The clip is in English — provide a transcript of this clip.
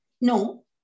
No